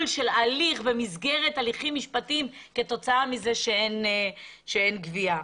הליך במסגרת הליכים משפטיים כתוצאה מזה שאין גבייה.